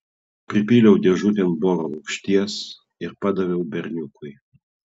pripyliau dėžutėn boro rūgšties ir padaviau berniukui